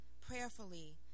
prayerfully